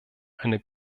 eine